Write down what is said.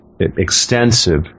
extensive